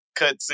cutscene